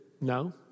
No